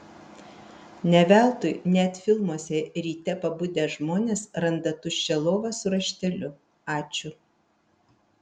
ne veltui net filmuose ryte pabudę žmonės randa tuščią lovą su rašteliu ačiū